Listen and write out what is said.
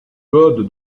code